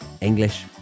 English